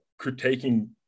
critiquing